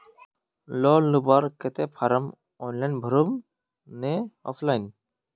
Loan लुबार केते form online भरुम ने ऑफलाइन?